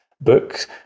books